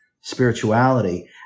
spirituality